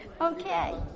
Okay